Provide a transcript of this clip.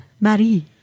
Mary